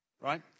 right